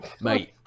mate